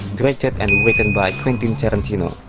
directed and written by quentin tarantino.